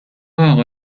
اقا